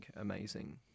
amazing